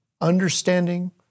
understanding